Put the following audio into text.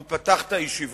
הוא פתח את הישיבות,